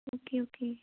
okay okay